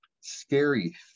scary